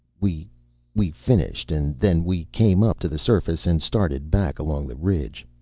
we we finished, and then we came up to the surface and started back along the ridge.